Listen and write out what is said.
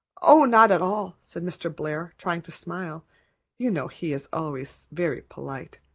oh, not at all said mr. blair, trying to smile you know he is always very polite.